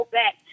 back